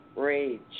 rage